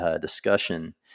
discussion